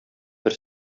бер